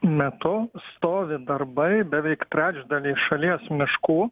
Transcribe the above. metu stovi darbai beveik trečdaly šalies miškų